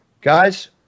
guys